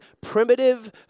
primitive